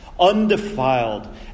undefiled